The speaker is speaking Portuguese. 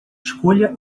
escolha